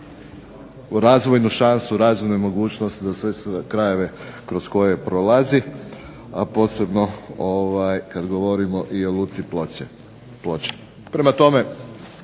razvojnu šansu, razvojnu mogućnost za sve krajeve kroz koje prolazi, a posebno kad govorimo i o Luci Ploče. Prema tome,